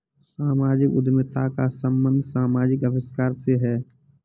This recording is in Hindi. सामाजिक उद्यमिता का संबंध समाजिक आविष्कार से है